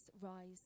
rise